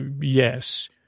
Yes